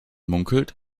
munkelt